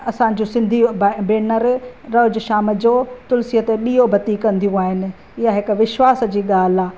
असांजो सिंधीअ भाई भेनर रोज़ु शाम जो तुलसीअ जो ॾीओ बती कंदियूं आहिनि इहा हिकु विश्वास जी ॻाल्हि आहे